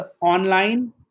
online